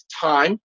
time